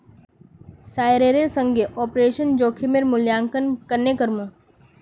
शेयरेर संगे ऑपरेशन जोखिमेर मूल्यांकन केन्ने करमू